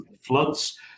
floods